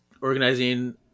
organizing